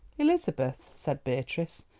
elizabeth, said beatrice,